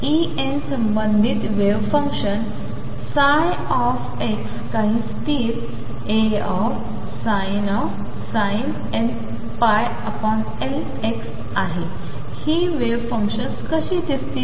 तर En संबंधित wave function ψ काही स्थिर Asin nπL x आहे ही वेव्ह फंक्शन्स कशी दिसतील